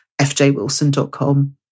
fjwilson.com